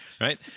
right